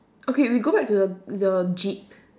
okay we go back to the the jeep